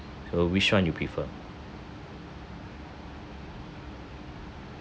so which one you prefer